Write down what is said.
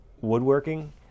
woodworking